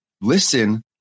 listen